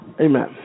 Amen